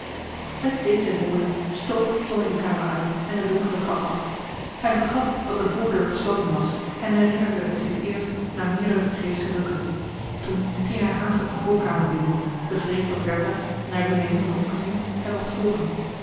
met deze woorden stoof tonie de kamer uit en de donkere trap af hij vergat dat de voordeur gesloten was en herinnerde t zich eerst na meerdere vergeefsche rukken toen ging hij haastig de voorkamer binnen bevreesd dat bertha naar wie hij niet had omgezien hem mocht volgen